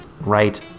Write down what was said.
right